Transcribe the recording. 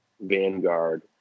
vanguard